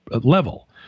level